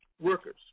workers